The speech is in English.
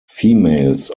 females